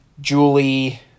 Julie